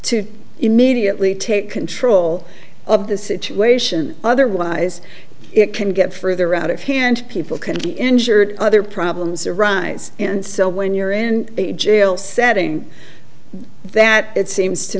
to immediately take control of the situation otherwise it can get further out of hand people can be injured other problems arise and so when you're in a jail setting that it seems to